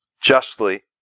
justly